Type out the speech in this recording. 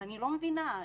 אני לא מבינה.